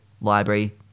library